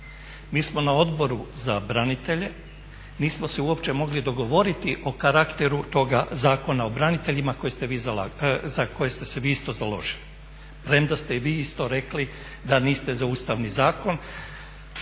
Mi smo na Odboru za branitelje nismo se uopće mogli dogovoriti o karakteru toga Zakona o braniteljima za koji ste vi isto založili, premda ste i vi isto rekli da niste za ustavni zakon,